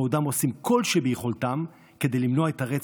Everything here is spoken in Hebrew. בעודם עושים כל שביכולתם כדי למנוע את הרצח,